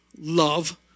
love